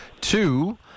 Two